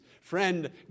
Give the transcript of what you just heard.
Friend